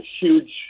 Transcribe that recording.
huge